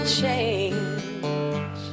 change